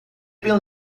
been